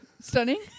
Stunning